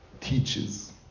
teaches